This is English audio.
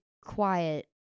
quiet